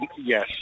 yes